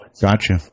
Gotcha